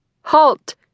Halt